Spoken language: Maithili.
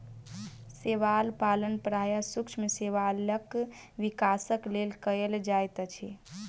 शैवाल पालन प्रायः सूक्ष्म शैवालक विकासक लेल कयल जाइत अछि